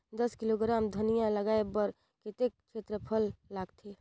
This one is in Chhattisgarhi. दस किलोग्राम धनिया लगाय बर कतेक क्षेत्रफल लगथे?